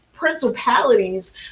Principalities